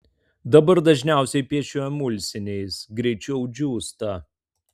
dabar dažniausiai piešiu emulsiniais greičiau džiūsta